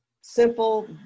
simple